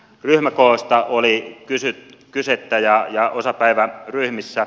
ryhmäkoosta oli kysettä